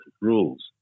rules